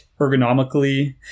ergonomically